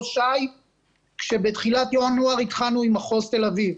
ש"י כשבתחילת ינואר התחלנו עם מחוז תל אביב.